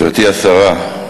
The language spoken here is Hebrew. גברתי השרה,